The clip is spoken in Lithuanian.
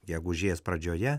gegužės pradžioje